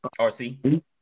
RC